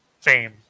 fame